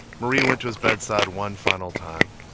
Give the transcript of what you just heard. marie went to his bedside one final time.